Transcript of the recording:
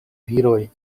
viroj